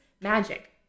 magic